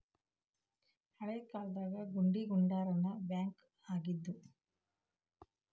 ಹಳೇ ಕಾಲ್ದಾಗ ಗುಡಿಗುಂಡಾರಾನ ಬ್ಯಾಂಕ್ ಆಗಿದ್ವು